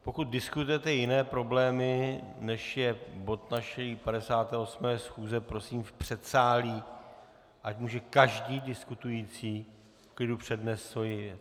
Pokud diskutujete jiné problémy, než je bod naší 58. schůze, prosím v předsálí, ať může každý diskutující v klidu přednést svoji věc.